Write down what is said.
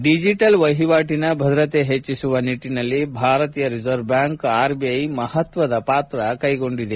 digital ವಹಿವಾಟಿನ ಭದ್ರತೆ ಹೆಚ್ಚಿಸುವ ನಿಟ್ಟಿನಲ್ಲಿ ಭಾರತೀಯ ರಿಸರ್ವ್ ಬ್ಯಾಂಕ್ ಆರ್ಬಿಐ ಮಹತ್ವದ ಕ್ರಮ ಕೈಗೊಂಡಿದೆ